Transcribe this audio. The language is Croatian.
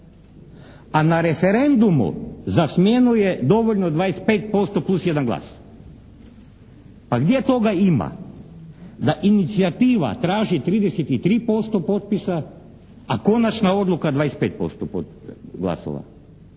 a na referendumu za smjenu je dovoljno 25% plus 1 glas. Pa gdje toga ima da inicijativa traži 33% potpisa a konačna odluka 25% glasova.